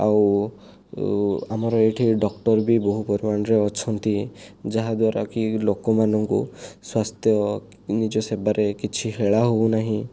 ଆଉ ଆମର ଏଇଠି ଡକ୍ଟର ବି ବହୁ ପରିମାଣରେ ଅଛନ୍ତି ଯାହା ଦ୍ଵାରାକି ଲୋକମାନଙ୍କୁ ସ୍ୱାସ୍ଥ୍ୟ ନିଜ ସେବାରେ କିଛି ହେଳା ହେଉ ନାହିଁ